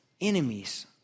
enemies